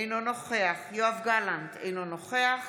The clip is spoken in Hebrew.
אינו נוכח יואב גלנט, אינו נוכח